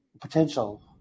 potential